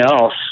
else